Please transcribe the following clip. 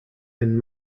and